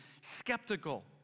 skeptical